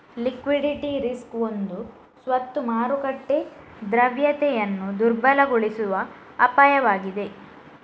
liquidity risk ಒಂದು ಸ್ವತ್ತು ಮಾರುಕಟ್ಟೆ ದ್ರವ್ಯತೆಯನ್ನು ದುರ್ಬಲಗೊಳಿಸುವ ಅಪಾಯವಾಗಿದೆ